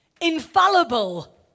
infallible